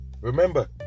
Remember